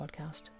Podcast